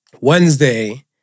Wednesday